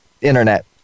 Internet